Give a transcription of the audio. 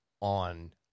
on